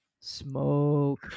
Smoke